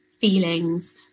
feelings